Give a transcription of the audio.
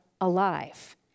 alive